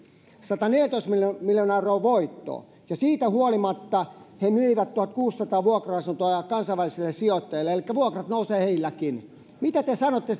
sataneljätoista miljoonaa miljoonaa euroa voittoa ja siitä huolimatta he myivät tuhatkuusisataa vuokra asuntoa kansainvälisille sijoittajille elikkä vuokrat nousevat heilläkin mitä te sanotte